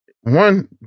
one